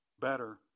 better